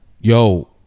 Yo